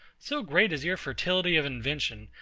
so great is your fertility of invention,